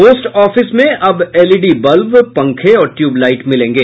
post office में अब LED bulb पंखे और ट्यूब लाइटें मिलेंगे